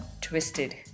twisted